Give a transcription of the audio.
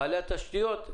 בעלי התשתיות,